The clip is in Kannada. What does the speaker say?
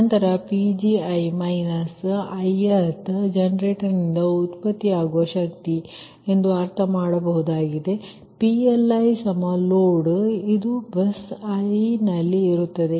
ನಂತರ Pgi ith ಜೆನೆರೇಟರ್ನಿಂದ ಉತ್ಪತ್ತಿಯಾಗುವ ಶಕ್ತಿ ಎಂದು ಅರ್ಥವಾಗುವಂತಹದ್ದಾಗಿದೆ ಮತ್ತು PLi ಲೋಡ್ ಇದು ಬಸ್ i ನಲ್ಲಿ ಇರುತ್ತದೆ